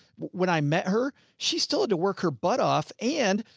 when i met her, she still had to work her butt off and.